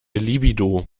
libido